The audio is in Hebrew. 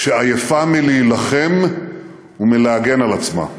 שעייפה מלהילחם ומלהגן על עצמה.